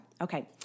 Okay